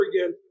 again